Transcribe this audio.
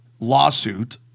Lawsuit